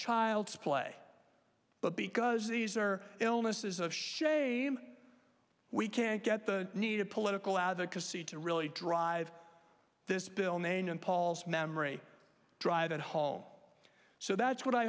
child's play but because these are illnesses a shame we can't get the needed political advocacy to really drive this bill main and paul's memory drive at home so that's what i